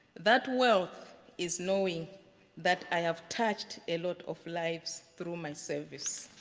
that wealth is knowing that i have touched a lot of lives through my service.